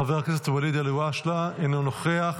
חבר הכנסת ואליד אלהואשלה, אינו נוכח.